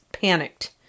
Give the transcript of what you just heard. panicked